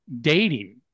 dating